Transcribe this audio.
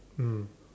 mm